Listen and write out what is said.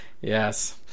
Yes